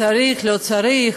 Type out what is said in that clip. צריך או לא צריך,